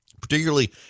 particularly